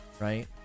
Right